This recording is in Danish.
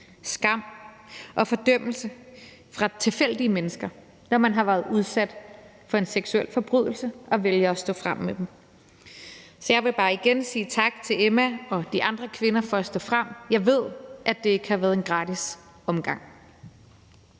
skam og fordømmelse fra tilfældige mennesker, når man har været udsat for en seksuel forbrydelse og vælger at stå frem med den. Så jeg vil bare igen sige tak til Emma og de andre kvinder for at stå frem. Jeg ved, at det ikke har været en gratis omgang.